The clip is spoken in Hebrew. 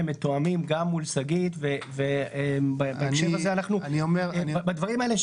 מתואמים גם מול שגית ובהקשר הזה אנחנו בדברים האלה,